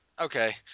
Okay